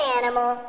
animal